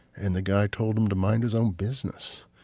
and the guy told him to mind his own business